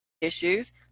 Issues